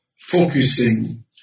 focusing